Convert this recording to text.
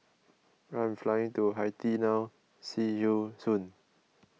I am flying to Haiti now see you soon